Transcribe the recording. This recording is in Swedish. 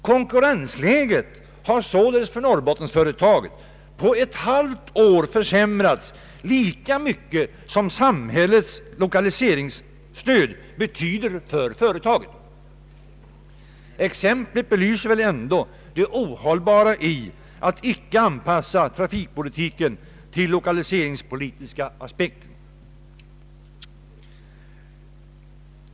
Konkurrensläget har således för Norr bottensföretaget på ett halvt år försämrats lika mycket som samhällets lokaliseringsstöd betyder för = företaget. Exemplet belyser det ohållbara i att icke anpassa trafikpolitiken till lokaliseringspolitiska aspekter.